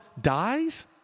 dies